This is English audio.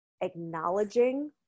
acknowledging